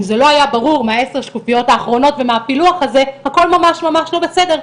אם זה לא היה ברור, הכל ממש ממש לא בסדר,